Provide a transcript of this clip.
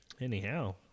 anyhow